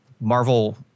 Marvel